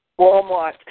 Walmart